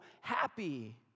happy